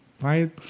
Right